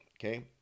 Okay